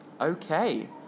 Okay